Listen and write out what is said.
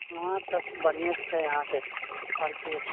हँ सभ बढ़िए छै यहाँके आओर की